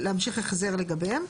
להמשיך החזר לגביהם.